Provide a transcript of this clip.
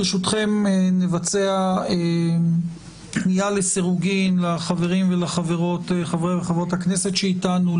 ברשותכם נבצע פנייה לסירוגין לחברי וחברות הכנסת שאיתנו,